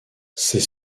ses